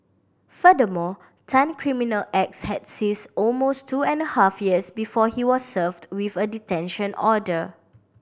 furthermore Tan criminal acts has ceased almost two and a half years before he was served with a detention order